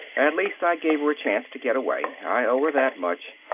at least i gave her a chance to get away, i owe her that much.